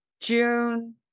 June